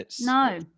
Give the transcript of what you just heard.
No